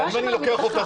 אם אני לוקח אותה,